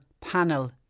panel